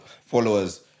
followers